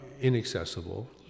inaccessible